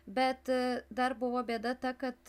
bet dar buvo bėda ta kad